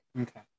Okay